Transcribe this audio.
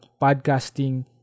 podcasting